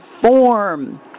form